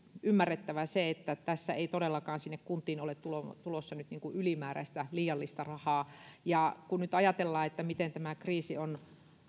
ymmärrettävä se että tässä ei todellakaan sinne kuntiin ole tulossa tulossa nyt ylimääräistä liiallista rahaa kun nyt ajatellaan miten tämä kriisi on